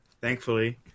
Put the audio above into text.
thankfully